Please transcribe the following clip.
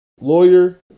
lawyer